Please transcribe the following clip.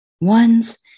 ones